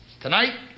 Tonight